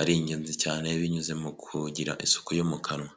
ari ingenzi cyane binyuze mu kugira isuku yo mu kanwa.